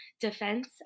defense